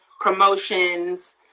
promotions